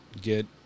get